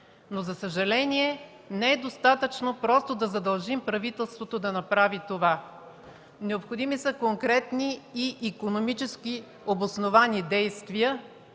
заплащане, но не е достатъчно просто да задължим правителството да направи това. Необходими са конкретни и икономически обосновани действия,